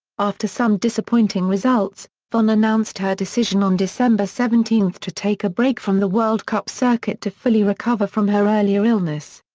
after some disappointing results, vonn announced her decision on december seventeen to take a break from the world cup circuit to fully recover from her earlier illness.